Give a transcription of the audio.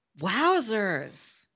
Wowzers